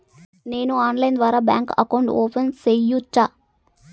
నేను ఆన్లైన్ ద్వారా bank account open సేయొచ్చా?